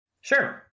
Sure